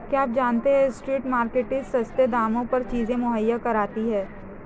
क्या आप जानते है स्ट्रीट मार्केट्स सस्ते दामों पर चीजें मुहैया कराती हैं?